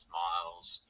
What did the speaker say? miles